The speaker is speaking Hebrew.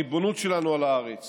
הריבונות שלנו על הארץ